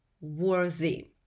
worthy